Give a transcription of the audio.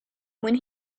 when